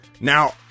Now